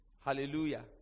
Hallelujah